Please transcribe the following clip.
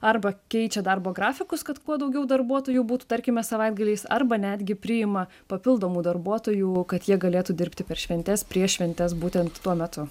arba keičia darbo grafikus kad kuo daugiau darbuotojų būtų tarkime savaitgaliais arba netgi priima papildomų darbuotojų kad jie galėtų dirbti per šventes prieš šventes būtent tuo metu